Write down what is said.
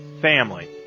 Family